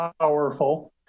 powerful